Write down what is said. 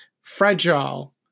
fragile